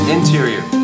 Interior